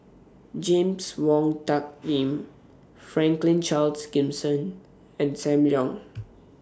James Wong Tuck Yim Franklin Charles Gimson and SAM Leong